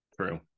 true